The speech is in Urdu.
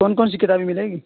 کون کون سی کتابیں ملے گی